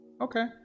Okay